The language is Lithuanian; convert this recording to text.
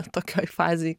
tokioj fazėj